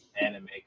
anime